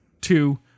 Two